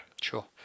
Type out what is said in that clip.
Sure